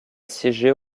siéger